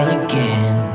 again